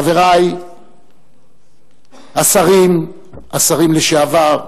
חברי, השרים, השרים לשעבר,